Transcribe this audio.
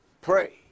pray